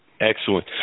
Excellent